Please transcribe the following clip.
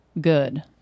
Good